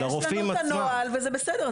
יש לנו את הנוהל, וזה בסדר.